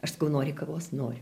aš sakau nori kavos noriu